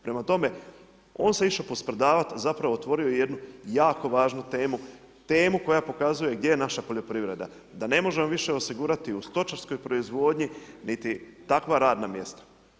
Prema tome, on se išao posprdavati, zapravo otvorio je jednu jako važnu temu, temu koja pokazuje gdje je naša poljoprivreda, da ne možemo više osigurati u stočarskoj proizvodnji niti takva radna mjesta.